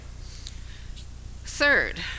Third